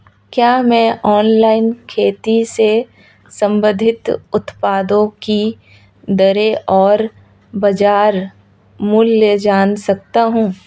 क्या मैं ऑनलाइन खेती से संबंधित उत्पादों की दरें और बाज़ार मूल्य जान सकता हूँ?